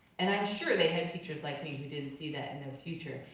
and i'm sure they had teachers like me who didn't see that in their future.